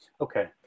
okay